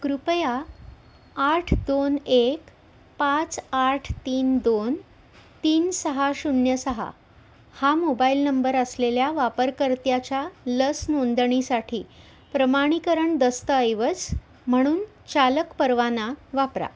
कृपया आठ दोन एक पाच आठ तीन दोन तीन सहा शून्य सहा हा मोबाईल नंबर असलेल्या वापरकर्त्याच्या लस नोंदणीसाठी प्रमाणीकरण दस्तऐवज म्हणून चालक परवाना वापरा